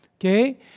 okay